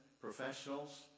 professionals